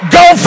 go